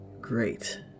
Great